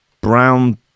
brown